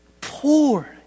poor